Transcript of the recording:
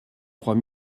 trois